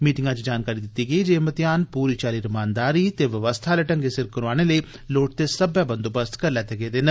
मीटिंगा च जानकारी दिती गेई जे एह मतेयान प्री चाली रमानदारी ते व्यवस्था आलें ढंगै सिर करोआने लेई लोड़चदे सब्बै बंदोबस्त करी लैते गेदे न